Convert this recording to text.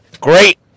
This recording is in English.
Great